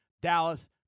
Dallas